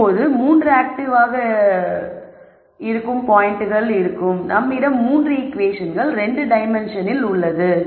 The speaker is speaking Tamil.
இப்போது மூன்றும் ஆக்டிவாக இருக்கும் போது நம்மிடம் 3 ஈகுவேஷன்கள் 2 டைமென்ஷன்களில் உள்ளது